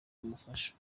umufasha